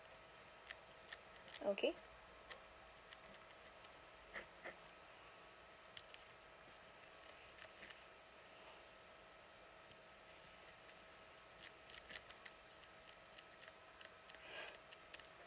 okay